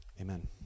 amen